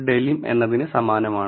delim എന്നതിന് സമാനമാണ്